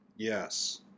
Yes